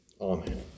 Amen